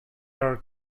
are